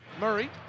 Murray